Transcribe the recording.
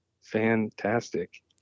fantastic